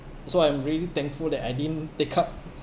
so I'm really thankful that I didn't take up